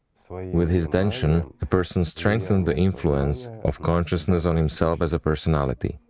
so with his attention, a person strengthens the influence of consciousness on himself as a personality.